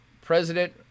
President